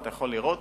אתה יכול לראות